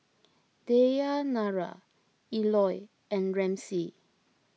Dayanara Eloy and Ramsey